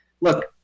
Look